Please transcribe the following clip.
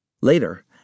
Later